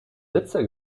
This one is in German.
ritze